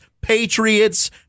Patriots